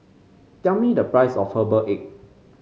tell me the price of Herbal Egg